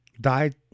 died